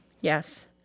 Yes